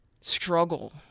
struggle